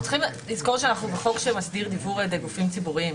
אנחנו צריכים לזכור שאנחנו בחוק שמסדיר דיוור על ידי גופים ציבוריים.